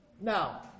Now